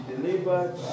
delivered